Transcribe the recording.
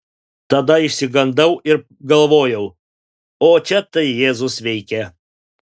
tada išsigandau ir galvojau o čia tai jėzus veikia